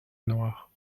noirs